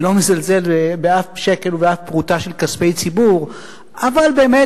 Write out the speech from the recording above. אני לא מזלזל באף שקל ובאף פרוטה של כספי הציבור אבל באמת,